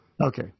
Okay